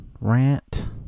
rant